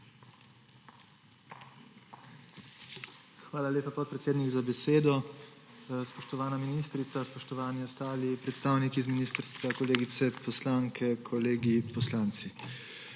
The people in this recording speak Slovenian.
Hvala lepa, podpredsednik, za besedo. Spoštovana ministrica, spoštovani ostali predstavniki z ministrstva, kolegice poslanke, kolegi poslanci!